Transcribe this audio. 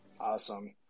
Awesome